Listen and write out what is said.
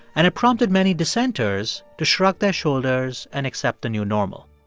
and it prompted many dissenters to shrug their shoulders and accept the new normal.